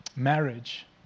marriage